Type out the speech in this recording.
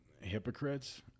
hypocrites